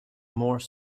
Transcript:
more